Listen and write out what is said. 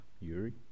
Yuri